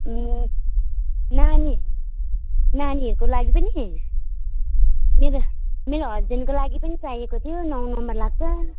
उम् नानी नानीहरूको लागि पनि मेरो मेरो हस्बेन्डको लागि पनि चाहिएको थियो नौ नम्बर लाग्छ